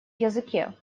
языке